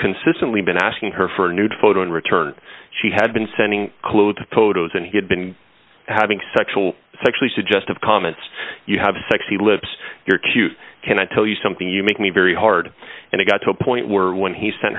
consistently been asking her for a nude photo in return she had been sending clothes photos and he had been having sexual sexually suggestive comments you have sexy lips you're cute can i tell you something you make me very hard and i got to a point where when he sent